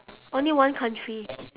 only one country